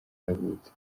yavutse